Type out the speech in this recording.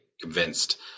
convinced